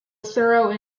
thorough